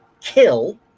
kill